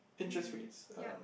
interest rates um